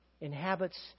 inhabits